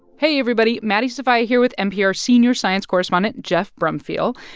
hey, everybody. maddie sofia here with npr senior science correspondent geoff brumfiel.